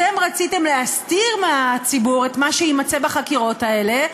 אתם רציתם להסתיר מהציבור את מה שיימצא בחקירות האלה,